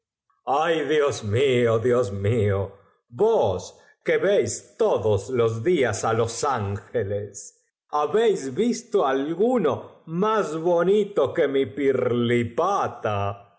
dios mío dios mio vos quo veis todos los dias á los ángeles habéis visto alguno más bonito que mi pirta